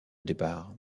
départ